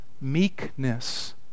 meekness